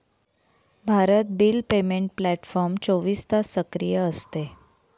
Bharat bill payment platform चोवीस तास सक्रिय असते